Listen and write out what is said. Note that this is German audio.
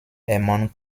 hermann